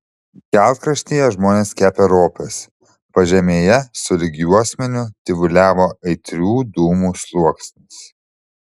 kelkraštyje žmonės kepė ropes pažemėje sulig juosmeniu tyvuliavo aitrių dūmų sluoksnis